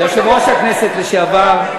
יושב-ראש הכנסת לשעבר,